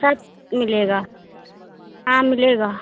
सब मिलेगा हाँ मिलेगा